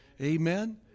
Amen